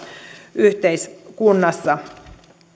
yhteiskunnassa